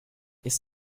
ist